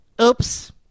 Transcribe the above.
Oops